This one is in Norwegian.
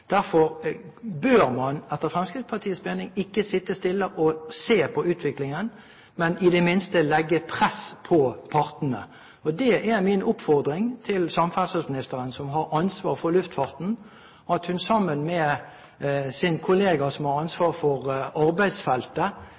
Derfor bør man etter Fremskrittspartiets mening ikke sitte stille og se på utviklingen, men i det minste legge press på partene. Det er min oppfordring til samferdselsministeren, som har ansvar for luftfarten, at hun sammen med sin kollega som har ansvar for arbeidsfeltet,